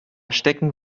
stecken